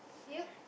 yup